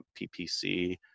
PPC